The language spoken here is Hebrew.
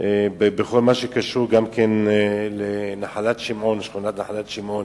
בכל הקשור לשכונת נחלת-שמעון,